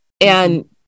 And-